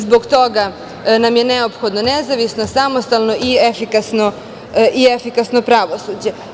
Zbog toga nam je neophodno nezavisno, samostalno i efikasno pravosuđe.